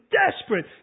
desperate